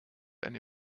eine